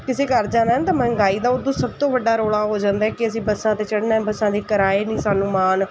ਕਿਸੇ ਘਰ ਜਾਣਾ ਤਾਂ ਮਹਿੰਗਾਈ ਦਾ ਉਦੋਂ ਸਭ ਤੋਂ ਵੱਡਾ ਰੌਲਾ ਹੋ ਜਾਂਦਾ ਕਿ ਅਸੀਂ ਬੱਸਾਂ 'ਤੇ ਚੜ੍ਹਨਾ ਬੱਸਾਂ ਦੀ ਕਿਰਾਏ ਨਹੀਂ ਸਾਨੂੰ ਮਾਨ